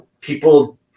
people